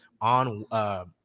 on –